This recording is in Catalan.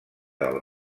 del